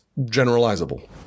generalizable